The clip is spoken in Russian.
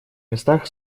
местах